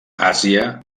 àsia